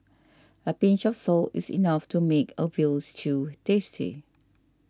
a pinch of salt is enough to make a Veal Stew tasty